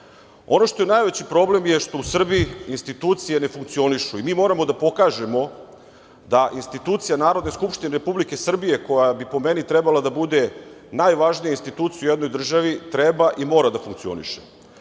itd. Ono što je najveći problem što u Srbiji institucije na funkcionišu i mi moramo da pokažemo da institucija Narodne skupštine Republike Srbije, koja bi, po meni, trebalo da bude najvažnija institucija u jednoj državi, treba i mora da funkcioniše.